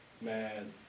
man